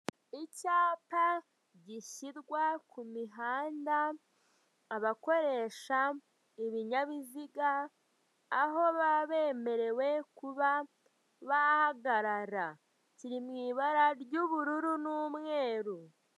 Icyapa gishyirwa ku mihanda abakoresha ibinyabiziga aho baba bemerewe kuba bahagarara, kiri mu ibara ry'ubururu n'umweru.